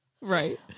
Right